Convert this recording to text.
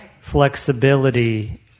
flexibility